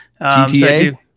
gta